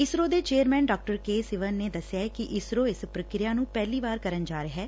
ਇਸਰੋ ਦੇ ਚੇਅਰਸੈਨ ਡਾ ਕੇ ਸੀਵਨ ਨੇ ਦਸਿਆ ਕਿ ਇਸਰੋ ਇਸ ਪ੍ਰਕਿਰਿਆ ਨੂੰ ਪਹਿਲੀ ਵਾਰ ਕਰਨ ਜਾ ਰਿਹੈ